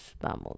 vamos